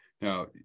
Now